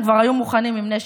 הם כבר היו מוכנים עם נשק,